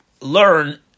learn